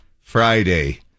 friday